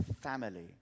family